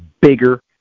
bigger